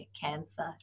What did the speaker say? cancer